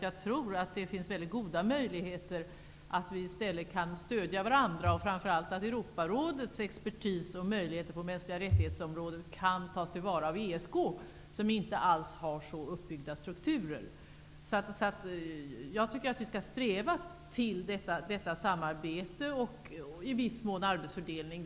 Jag tror att det finns väldigt goda möjligheter att vi kan stödja varandra och framför allt att Europarådets expertis och möjligheter på mänskliga rättighets-området kan tas till vara av ESK, som inte alls har så uppbyggda strukturer. Jag tycker att vi skall sträva till detta samarbete och i viss mån arbetsfördelning.